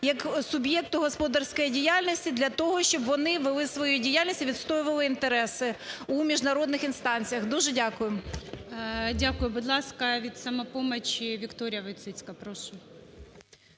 як суб'єкту господарської діяльності для того, щоб вони вели свою діяльність і відстоювали інтереси у міжнародних інстанціях. Дуже дякую. ГОЛОВУЮЧИЙ. Дякую. Будь ласка, від "Самопомочі" Вікторія Войціцька. Прошу.